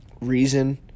Reason